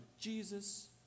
Jesus